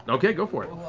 okay, go for it.